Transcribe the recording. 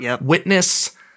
witness